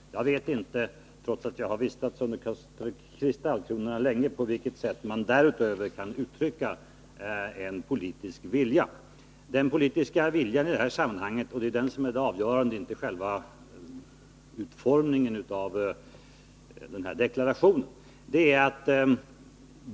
Jag vet inte, trots att jag har vistats under kristallkronorna länge, vad jag därutöver kan behöva säga. Det är ju den politiska viljan i det här sammanhanget som är det avgörande, inte själva utformningen av en deklaration.